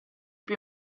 più